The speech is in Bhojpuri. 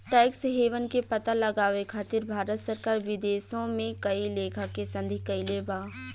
टैक्स हेवन के पता लगावे खातिर भारत सरकार विदेशों में कई लेखा के संधि कईले बा